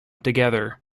together